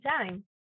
time